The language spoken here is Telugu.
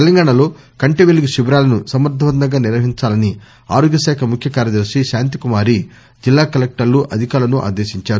తెలంగాణలో కంటి పెలుగు శిబిరాలను సమర్గవంతంగా నిర్వహించాలని ఆరోగ్యశాఖ ముఖ్య కార్యదర్ని శాంతికుమారి జిల్లా కలెక్టర్లు అధికారులను ఆదేశించారు